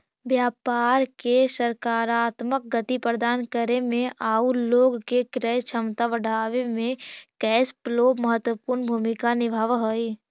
व्यापार के सकारात्मक गति प्रदान करे में आउ लोग के क्रय क्षमता बढ़ावे में कैश फ्लो महत्वपूर्ण भूमिका निभावऽ हई